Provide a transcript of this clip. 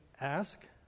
ask